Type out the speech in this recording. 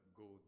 go